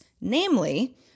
Namely